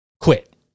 quit